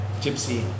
Gypsy